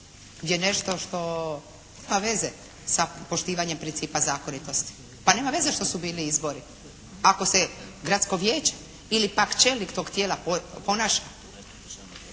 gdje nešto što nema veze sa poštivanjem principa zakonitosti. Pa nema veze što su bili izbori. Ako se gradsko vijeće ili pak čelnik tog tijela ponaša